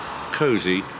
cozy